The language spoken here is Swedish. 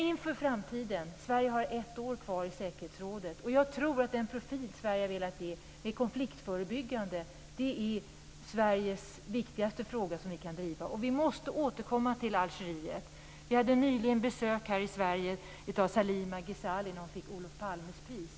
Inför framtiden - Sverige har ett år kvar i säkerhetsrådet - tror jag att den konfliktförebyggande profil som Sverige har velat visa är den viktigaste frågan som Sverige kan driva. Vi måste återkomma till Algerietfrågan. Vi hade nyligen besök här i Sverige av Salima Ghezali när hon fick Olof Palmes pris.